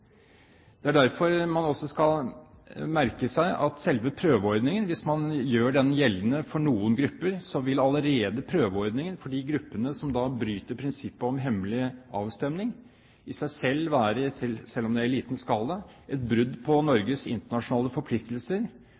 Det er derfor man skal merke seg at også selve prøveordningen, hvis man gjør den gjeldende for noen grupper, vil for de gruppene som bryter prinsippet om hemmelig avstemning, i seg selv være – selv om det er i liten skala – et brudd på Norges internasjonale forpliktelser